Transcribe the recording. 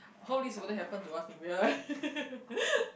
I hope this wouldn't happen to us in real life